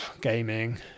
gaming